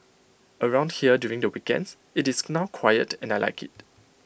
around here during the weekends IT is now quiet and I Like IT